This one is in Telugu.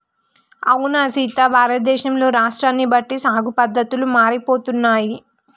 అవునా సీత భారతదేశంలో రాష్ట్రాన్ని బట్టి సాగు పద్దతులు మారిపోతున్నాయి